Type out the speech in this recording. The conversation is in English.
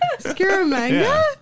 Scaramanga